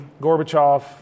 Gorbachev